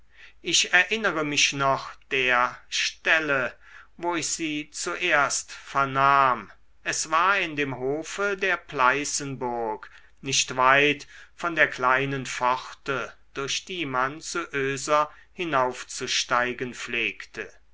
ich erinnere mich noch der stelle wo ich sie zuerst vernahm es war in dem hofe der pleißenburg nicht weit von der kleinen pforte durch die man zu oeser hinaufzusteigen pflegte